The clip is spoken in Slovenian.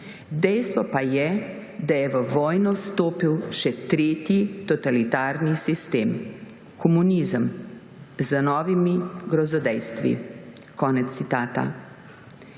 Dejstvo pa je, da je v vojno stopil še tretji totalitarni sistem, komunizem z novimi grozodejstvi.«